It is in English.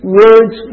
words